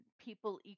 people